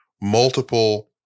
multiple